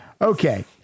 Okay